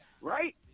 Right